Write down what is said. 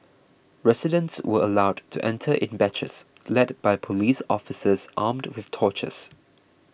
residents were allowed to enter in batches led by police officers armed with torches